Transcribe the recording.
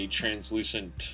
translucent